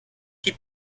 die